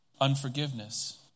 Unforgiveness